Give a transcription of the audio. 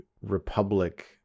Republic